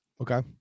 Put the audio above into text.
Okay